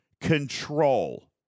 control